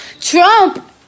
Trump